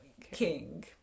King